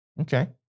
okay